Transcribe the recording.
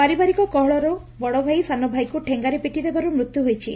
ପାରିବାରିକ କଳହରୁ ବଡ ଭାଇ ସାନ ଭାଇକୁ ଠେଙ୍ଗାରେ ପିଟି ଦେବାରୁ ମୃତ୍ୟୁ ହୋଇଛି